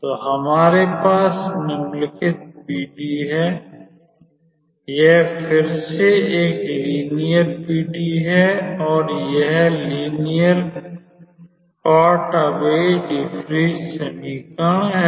तो हमारे पास निम्नलिखित पीडीईहै यह फिर से एक लीनियर पीडीई है और यह लीनियर कॉट अवे डीफ़्रीज़ समीकरण है